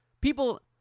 People